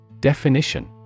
Definition